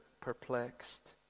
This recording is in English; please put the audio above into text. perplexed